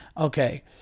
Okay